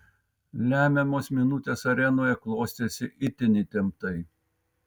lemiamos minutės arenoje klostėsi itin įtemptai